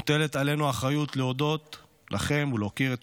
מוטלת עלינו האחריות להודות לכם ולהוקיר את